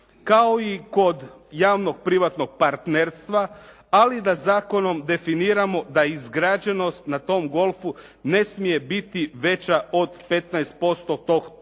kao i kod javnog privatnog partnerstva ali da zakonom definiramo da izgrađenost na tom golfu ne smije biti veća od 15% tog